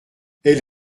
elle